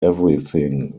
everything